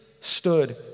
stood